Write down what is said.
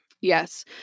Yes